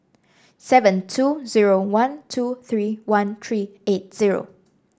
seven two zero one two three one three eight zero